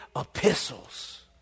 epistles